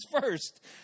first